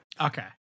Okay